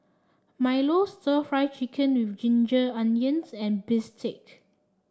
Milo stir Fry Chicken with Ginger Onions and Bistake